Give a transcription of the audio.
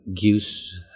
gives